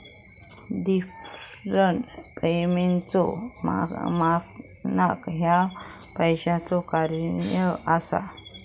deferred पेमेंटचो मानक ह्या पैशाचो कार्य असा